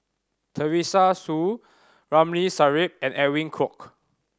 Teresa Hsu Ramli Sarip and Edwin Koek